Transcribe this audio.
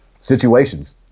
situations